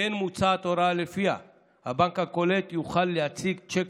כמו כן מוצעת הוראה שלפיה הבנק הקולט יוכל להציג צ'ק